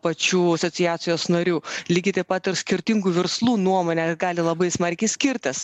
pačių asociacijos narių lygiai taip pat ir skirtingų verslų nuomonė gali labai smarkiai skirtis